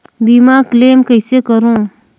बीमा क्लेम कइसे करों?